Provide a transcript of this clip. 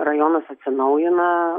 rajonas atsinaujina